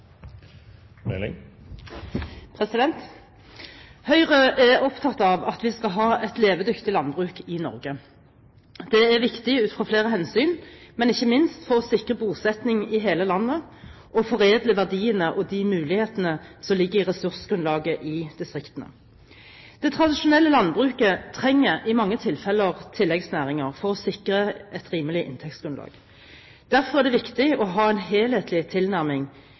opptatt av at vi skal ha et levedyktig landbruk i Norge. Det er viktig ut fra flere hensyn, men ikke minst for å sikre bosetting i hele landet og foredle verdiene og de mulighetene som ligger i ressursgrunnlaget i distriktene. Det tradisjonelle landbruket trenger i mange tilfeller tilleggsnæringer for å sikre et rimelig inntektsgrunnlag. Derfor er det viktig å ha en helhetlig tilnærming